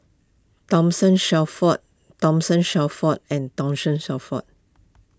Thomas Shelford Thomas Shelford and Thomas Shelford